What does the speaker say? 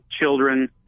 children